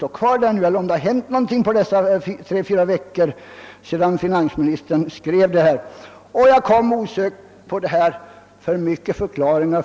Har det hänt något sedan dess? Jag kommer osökt att tänka på det bevingade ordet: »Inga förklaringar!